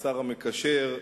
כשר המקשר,